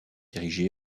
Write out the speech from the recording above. érigée